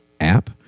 app